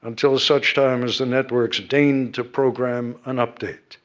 until such time as the networks deign to program an update.